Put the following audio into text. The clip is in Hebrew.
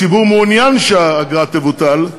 הציבור מעוניין שהאגרה תבוטל.